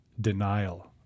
denial